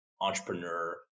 entrepreneur